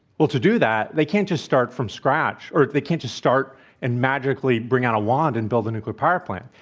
well, to do that, they can't just start from scratch or they can't just start and magically bring on a wand and build a nuclear power plant.